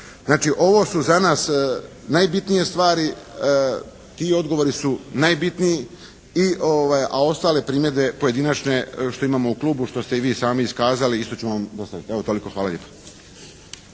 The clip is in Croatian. Znači ovo su za nas najbitnije stvari. Ti odgovori su najbitniji. I, a ostale primjedbe pojedinačne što imamo u Klubu što ste i vi sami iskazali isto ćemo vam dostaviti. Evo toliko. Hvala lijepa.